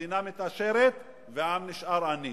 המדינה מתעשרת והעם נשאר עני.